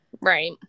Right